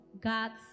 God's